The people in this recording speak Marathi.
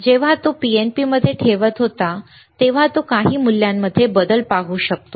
जेव्हा तो PNP मध्ये ठेवत होता तेव्हा तो काही मूल्यांमध्ये बदल पाहू शकतो